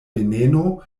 veneno